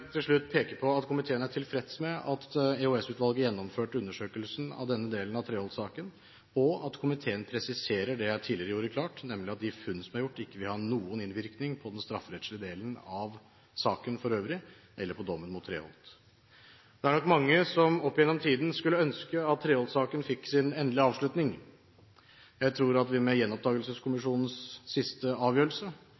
til slutt peke på at komiteen er tilfreds med at EOS-utvalget gjennomførte undersøkelsen av denne delen av Treholt-saken, og at komiteen presiserer det jeg tidligere gjorde klart, nemlig at de funn som er gjort, ikke vil ha noen innvirkning på den strafferettslige delen av saken for øvrig eller på dommen mot Treholt. Det er nok mange som opp gjennom tiden skulle ønske at Treholt-saken fikk sin endelige avslutning. Jeg tror at vi med